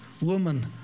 woman